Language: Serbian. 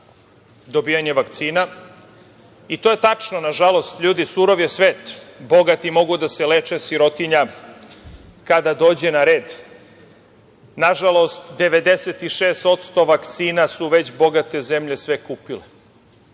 dobijanje vakcina. To je tačno, nažalost ljudi, svet je surov. Bogati mogu da se leče, sirotinja kada dođe na red. Nažalost 96% vakcina su već bogate zemlje sve kupile.